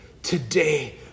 Today